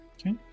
Okay